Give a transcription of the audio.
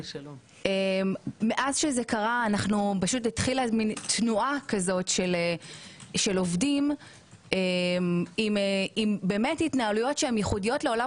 מאז שזה קרה התחילה תנועה של עובדים עם התנהלויות שהן ייחודיות לעולם